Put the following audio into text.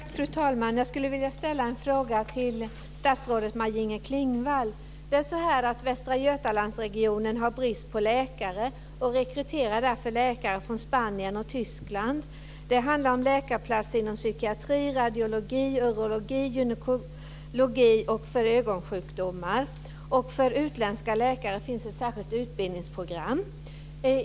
Fru talman! Jag skulle vilja ställa en fråga till statsrådet Maj-Inger Klingvall. Västra Götalandsregionen har brist på läkare och rekryterar därför läkare från Spanien och Tyskland. Det handlar om läkare inom områdena psykiatri, radiologi, urologi, gynekologi och för ögonsjukdomar. Och för utländska läkare finns det ett särskilt utbildningsprogram.